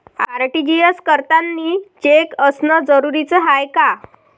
RTGS करतांनी cheque असनं जरुरीच हाय का?